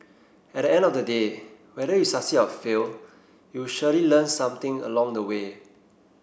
at the end of the day whether you succeed or fail you surely learn something along the way